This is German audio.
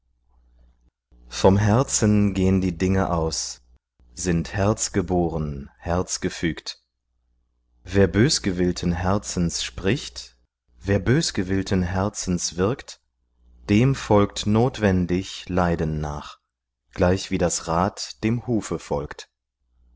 vom herzen gehn die dinge aus sind herzgeboren herzgefügt wer bösgewillten herzens spricht wer bösgewillten herzens wirkt dem folgt notwendig leiden nach gleichwie das rad dem hufe folgt